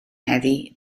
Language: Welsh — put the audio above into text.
heddiw